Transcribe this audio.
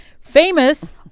famous